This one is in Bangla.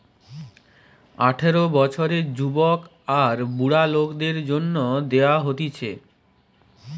আঠারো বছরের যুবক আর বুড়া লোকদের জন্যে দেওয়া হতিছে